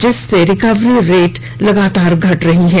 जिससे रिकवरी दर लगातार घट रही है